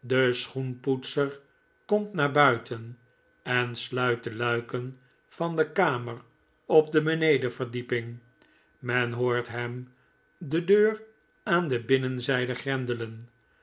de schoenpoetser komt naar buiten en sluit de luiken van de kamer op de benedenverdieping men hoort hem de deur aan de binnenzijde grendelen